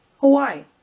Hawaii